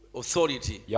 authority